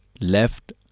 left